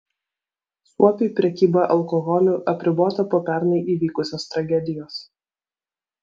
suopiui prekyba alkoholiu apribota po pernai įvykusios tragedijos